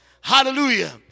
Hallelujah